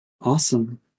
awesome